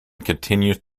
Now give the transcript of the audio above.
continues